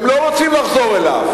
הם לא רוצים לחזור אליו.